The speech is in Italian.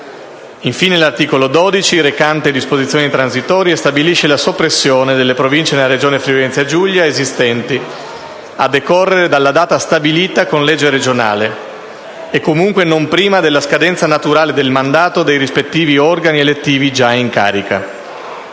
Infine, l'articolo 12, recante disposizioni transitorie, stabilisce la soppressione delle Province della Regione Friuli-Venezia Giulia esistenti, a decorrere dalla data stabilita con legge regionale e comunque non prima della scadenza naturale del mandato dei rispettivi organi elettivi già in carica.